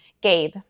Gabe